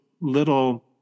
little